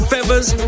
Feathers